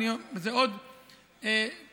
וזה עוד מהלך,